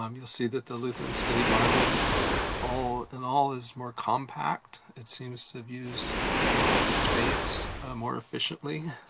um you'll see that the lutheran study bible all in all is more compact. it seems to have used its space more efficiently,